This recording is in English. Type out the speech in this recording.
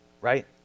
right